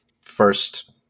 first